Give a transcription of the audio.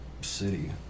city